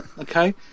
Okay